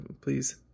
please